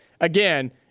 again